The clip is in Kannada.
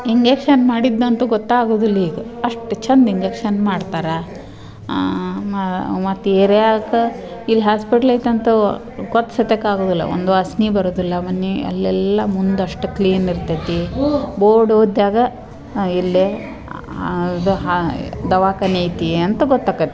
ಇಂಗೆಕ್ಷನ್ ಮಾಡಿದ್ದಂತು ಗೊತ್ತಾಗುದಿಲ್ಲ ಈಗ ಅಷ್ಟು ಚೆಂದ ಇಂಗೆಕ್ಷನ್ ಮಾಡ್ತಾರೆ ಮತ್ತೆ ಏರ್ಯಾಗೆ ಇಲ್ಲಿ ಹಾಸ್ಪೆಟ್ಲ್ ಐತೆ ಅಂತವು ಗೊತ್ತು ಸಹಿತೆಕ್ಕೆ ಆಗೋದಿಲ್ಲ ಒಂದು ವಾಸ್ನೆ ಬರೋದಿಲ್ಲ ಮನೆ ಅಲ್ಲೆಲ್ಲ ಮುಂದೆ ಅಷ್ಟು ಕ್ಲೀನ್ ಇರ್ತೈತೆ ಬೋರ್ಡ್ ಓದ್ಯಾಗೆ ಇಲ್ಲೆ ಇದು ಹಾಂ ದವಾಖಾನೆ ಐತೆ ಅಂತ ಗೊತ್ತಾಕತೆ